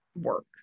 work